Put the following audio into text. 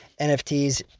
nfts